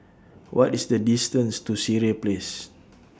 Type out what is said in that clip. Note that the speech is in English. What IS The distance to Sireh Place